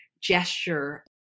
gesture